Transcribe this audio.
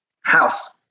house